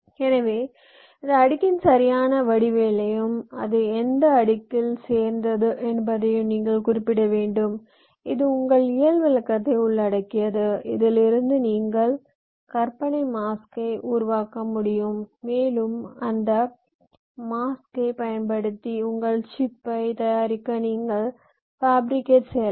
எனவே இந்த அடுக்கின் சரியான வடிவவியலையும் அது எந்த அடுக்கில் சேர்ந்தது என்பதையும் நீங்கள் குறிப்பிட வேண்டும் இது உங்கள் இயல் விளக்கத்தை உள்ளடக்கியது அதில் இருந்து நீங்கள் கற்பனை மாஸ்க்கை உருவாக்க முடியும் மேலும் அந்த மாஸ்க்கை பயன்படுத்தி உங்கள் சிப்பைத் தயாரிக்க நீங்கள் ஃபேபிரிகேட் செய்யலாம்